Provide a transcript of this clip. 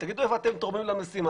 תגידו איפה אתם תורמים למשימה.